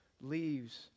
leaves